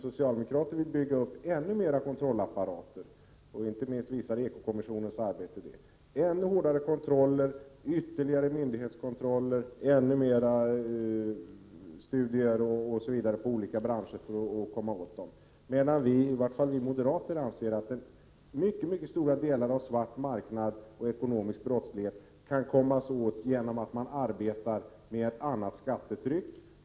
Socialdemokrater vill bygga upp ännu fler kontrollapparater — inte minst visar ekokommissionens arbete detta. Det skall bli ännu hårdare kontroller, ytterligare myndighetskontroller, ännu mer studier osv. av olika branscher, medan i vart fall vi moderater anser att man kan komma åt mycket stora delar av den svarta marknaden och den ekonomiska brottsligheten genom att arbeta med ett annat skattetryck.